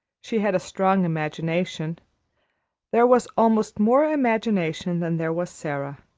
she had a strong imagination there was almost more imagination than there was sara,